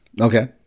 Okay